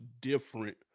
different